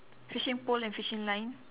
fishing pole and fishing line